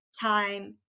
time